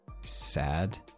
sad